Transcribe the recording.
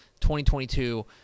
2022